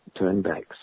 turnbacks